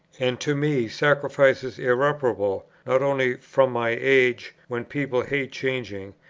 and to me sacrifices irreparable, not only from my age, when people hate changing,